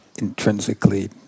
intrinsically